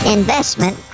Investment